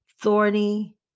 thorny